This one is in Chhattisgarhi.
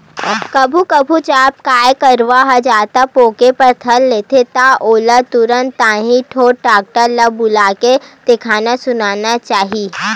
कभू कभू जब गाय गरु ह जादा पोके बर धर ले त ओला तुरते ताही ढोर डॉक्टर ल बुलाके देखाना सुनाना चाही